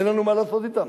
אין לנו מה לעשות אתם.